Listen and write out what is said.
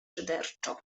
szyderczo